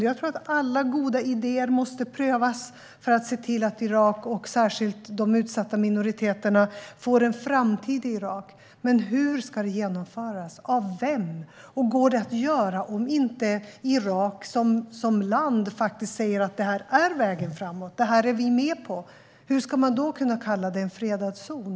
Jag tror att alla goda idéer måste prövas för att se till att Irak, och särskilt de utsatta minoriteterna där, får en framtid. Men hur ska det genomföras och av vem? Och går det att göra om inte Irak som land säger att detta är vägen framåt och att de är med på det? Hur ska man då kunna kalla det för en fredad zon?